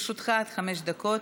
לרשותך, עד חמש דקות.